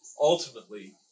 Ultimately